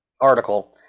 article